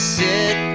sit